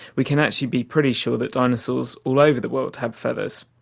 we can actually be pretty sure that dinosaurs all over the world had feathers.